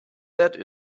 that